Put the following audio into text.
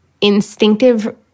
instinctive